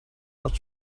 not